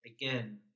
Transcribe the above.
again